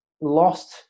lost